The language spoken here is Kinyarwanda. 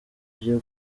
byo